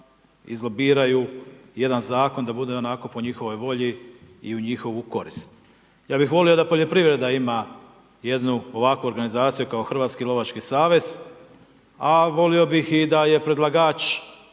izlobiraju jedan zakon da bude onako po njihovoj volji i u njihovu korist. Ja bih volio da poljoprivreda ima jednu ovakvu organizaciju kao Hrvatski lovački savez, a volio bih i da je predlagač